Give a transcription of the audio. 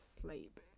sleep